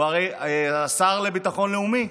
הוא הרי השר לביטחון לאומי.